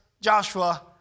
Joshua